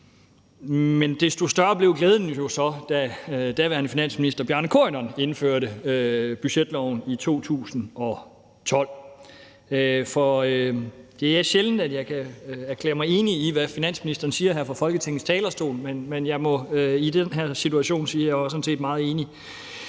men desto større blev glæden jo så, da daværende finansminister Bjarne Corydon indførte budgetloven i 2012. Og det er sjældent, at jeg kan erklære mig enig i, hvad finansministeren siger her fra Folketingets talerstol, men jeg må i den her situation sige, at jeg sådan set var meget enig